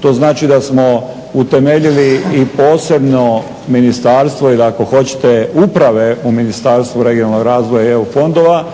To znači da smo utemeljili i posebno ministarstvo ili ako hoćete Ministarstvo uprave u Ministarstvu regionalnog razvoja i EU fondova